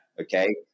okay